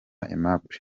aimable